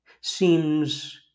seems